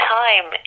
time